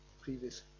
previous